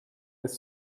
with